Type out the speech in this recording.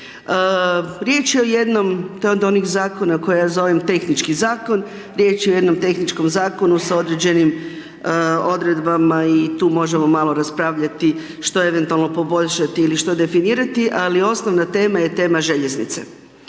Riječ je o jednom, to je od onih zakona koje ja zovem tehnički zakon, riječ je o jednom tehničkom zakonu sa određenim odredbama i tu možemo malo raspravljati što eventualno poboljšati ili što definirati ali osnovna tema je tema željeznice.